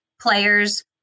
players